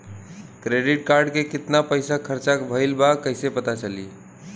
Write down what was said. Credit card के कितना पइसा खर्चा भईल बा कैसे पता चली?